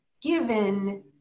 given